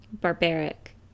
barbaric